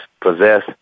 possess